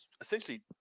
essentially